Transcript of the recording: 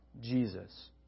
Jesus